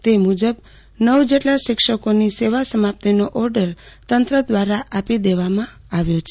તે મુજબ નવ જેટલા શિક્ષકોની સેવા સમાપ્તિનો ઓર્ડર તંત્ર દ્વારા આપી દેવામાં આવ્યો છે